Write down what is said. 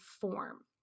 form